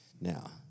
now